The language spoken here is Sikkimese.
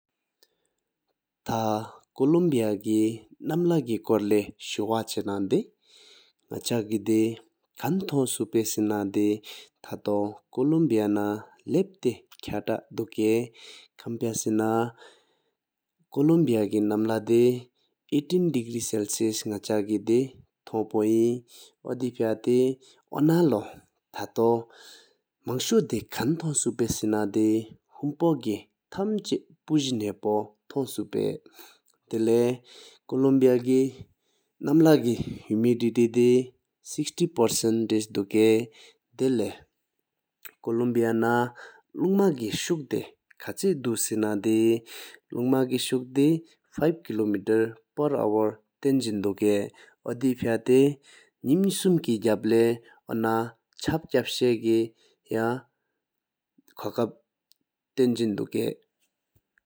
ཐ་ཀོ་ལོམ་བི་གིས་ནམ་ལྷ་ཀི་སྐོར་ལོ་ཨ་ཧུ་བ་ཅན་དེ་ནག་ཅ་ཀེ་དེ་ཁ་ཐོང་གསུངས་པའི་སེ་ན་ད་ ཐ་ཐོ་ཀོ་ལོམ་བི་ན་ལུབ་ཏེ་ཁ་ཐ་དུག་ཡེ། ཁམ་པ་སེ་ན་ཀོ་ལོམ་བི་གིས་ནམ་ལྷ་དེ་བཅུ་གྱི་རྒྱ་ཆར་ནག་ཅ་ཀེ་དེ་ཁ་ཐོང་པོ་རེད། ཨོ་དེ་པ་ཏེ་ཨོ་ན་ལོ་ཐ་ཐོ་མང་གཞུས་དེ་ཁན་ཐོང་གསུངས་པ་སེ་ན་དེ་ཧོམ་དོངས་སུམ་ཅེས་པོ་ ཐུམ་ཆེ་བ་ཕོད་དོ་ཐོང་གསུངས་པ་རེད། དེ་ལེ་ཀོ་ལོམ་བི་གིས་ནམ་ལྷ་གིས་ལུང་མ་ཀེ་ཤུག་དེ་ཁ་ཆེར་དུ་ག་ སེ་ན་དོ་ལུང་མ་ཀི་ཤུག་དེ་ལྔི་སྒོར་ལེགས་ཏེ་ལྟ་དུག་ཡེ། ཨོ་དེ་པ་ཏེ་ནིམ་དབུར་དེ་གཞུང་སྨད་ཁེ་གྱབ་ལཱ་ན་ཅབ་ཁ་ཕཧ་ཤེ་དེ་ཡང་ཁུ་ཁ་ལེན་ཟིང་དུག་ཡེ།